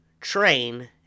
train